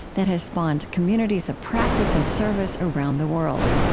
that has spawned communities of practice and service around the world.